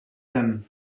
them